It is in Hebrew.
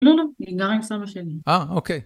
לא, לא, אני גרה עם סבא שלי. אה, אוקיי.